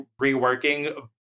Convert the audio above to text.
reworking